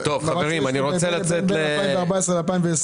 בין 2014 ל-2020